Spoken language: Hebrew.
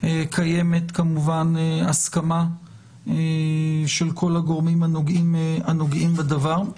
קיימת כמובן הסכמה של כל הגורמים הנוגעים בדבר,